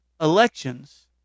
elections